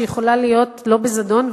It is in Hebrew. שיכולה להיות לא בזדון,